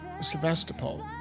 Sevastopol